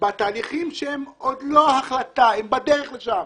בתהליכים שהם עוד לא החלטה אלא הם בדרך לשם